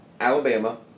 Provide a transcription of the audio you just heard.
Alabama